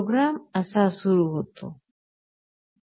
program असा सुरु होतो आहे